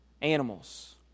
animals